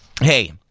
hey